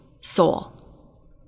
soul